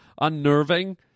unnerving